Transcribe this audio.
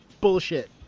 bullshit